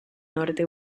norte